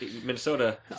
Minnesota